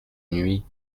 nuit